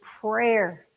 prayer